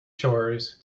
chores